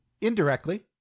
Indirectly